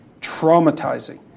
traumatizing